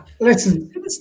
listen